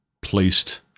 placed